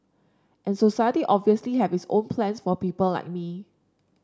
and society obviously have its own plans for people like me